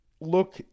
look